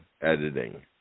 editing